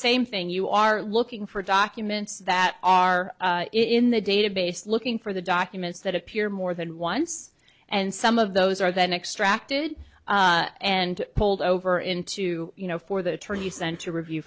same thing you are looking for documents that are in the database looking for the documents that appear more than once and some of those are then extracted and pulled over into you know for the turn you sent to review